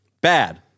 Bad